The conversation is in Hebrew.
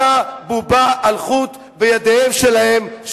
אתה בובה על חוט בידיהם שלהם,